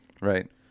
Right